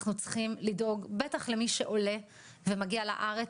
אנחנו צריכים לדאוג בטח למי שעולה ומגיע לארץ,